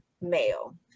male